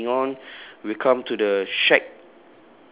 okay moving on we come to the shack